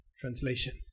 translation